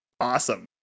awesome